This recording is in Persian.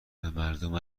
مردم